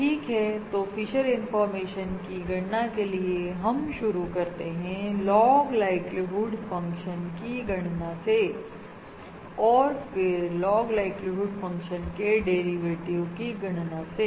ठीक है तो फिशर इंफॉर्मेशन की गणना के लिए हम शुरू करते हैं लॉग लाइक्लीहुड फंक्शन की गणना से और फिर लॉग लाइक्लीहुड फंक्शन के डेरिवेटिव की गणना से